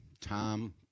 Tom